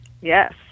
Yes